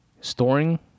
storing